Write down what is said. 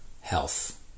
health